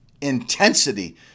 intensity